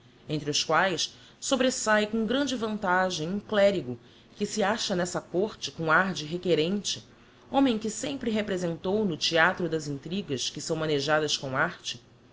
entre os quaes sobresahe com grande vantagem um clerigo que se acha n'essa côrte com ar de requerente homem que sempre representou no theatro das intrigas que são manejadas com arte